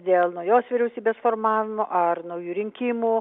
dėl naujos vyriausybės formavimo ar naujų rinkimų